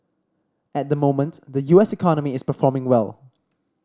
at the moment the U S economy is performing well